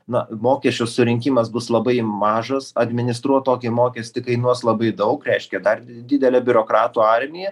na mokesčių surinkimas bus labai mažas administruot tokį mokestį kainuos labai daug reiškia dar didelė biurokratų armija